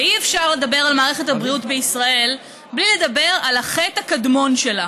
ואי-אפשר לדבר על מערכת הבריאות בישראל בלי לדבר על החטא הקדמון שלה.